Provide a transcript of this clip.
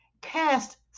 Cast